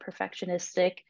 perfectionistic